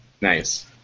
Nice